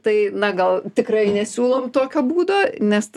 tai na gal tikrai nesiūlom tokio būdo nes t